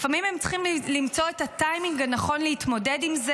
לפעמים הם צריכים למצוא את הטיימינג הנכון להתמודד עם זה